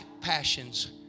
passions